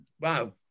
Wow